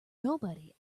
nobody